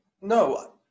no